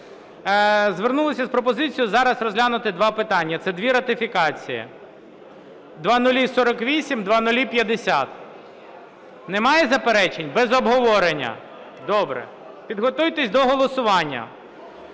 Звернулися з пропозицією зараз розглянути два питання, це дві ратифікації – 0048, 0050. Немає заперечень? Без обговорення. Добре. Підготуйтесь до голосування.